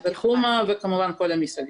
וכמובן כל המסביב.